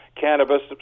cannabis